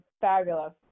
fabulous